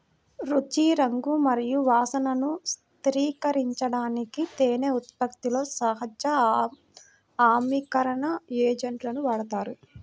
రుచి, రంగు మరియు వాసనను స్థిరీకరించడానికి తేనె ఉత్పత్తిలో సహజ ఆమ్లీకరణ ఏజెంట్లను వాడతారు